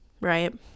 right